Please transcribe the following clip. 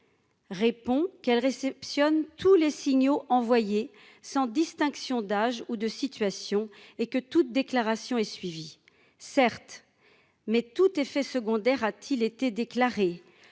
Répond qu'elle réceptionne tous les signaux envoyés sans distinction d'âge ou de situation et que toute déclaration et suivi certes mais tout effet secondaire a-t-il été déclaré